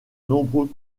nombreux